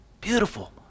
Beautiful